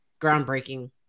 groundbreaking